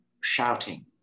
shouting